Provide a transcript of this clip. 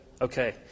Okay